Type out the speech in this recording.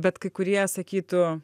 bet kai kurie sakytų